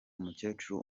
umukecuru